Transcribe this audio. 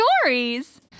stories